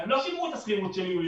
הם לא שילמו את השכירות של יולי-אוגוסט,